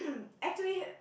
actually